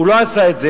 הוא לא עשה את זה.